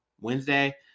wednesday